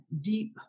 deep